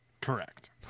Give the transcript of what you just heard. Correct